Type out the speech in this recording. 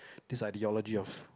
this idealogy of